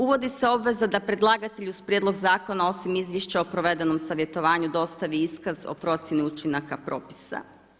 Uvodi se obveza da predlagatelj uz prijedlog zakona osim izvješća o provedenom savjetovanju dostavi iskaz o procjeni učinaka propisa.